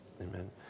Amen